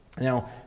Now